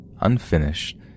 unfinished